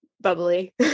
bubbly